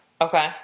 Okay